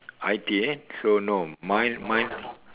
I_T eh so no mine mine